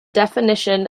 definition